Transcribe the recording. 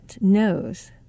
knows